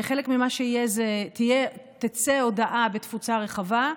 חלק ממה שיהיה זה שתצא הודעה בתפוצה רחבה,